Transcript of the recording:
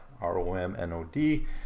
R-O-M-N-O-D